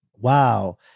wow